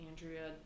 andrea